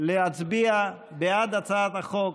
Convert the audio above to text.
להצביע בעד הצעת החוק,